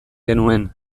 genuen